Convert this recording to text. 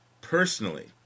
personally